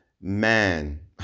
man